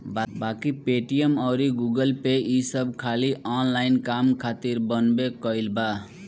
बाकी पेटीएम अउर गूगलपे ई सब खाली ऑनलाइन काम खातिर बनबे कईल बा